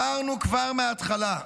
כבר מהתחלה,